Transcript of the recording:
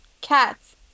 Cats